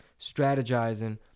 strategizing